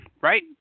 right